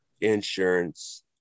insurance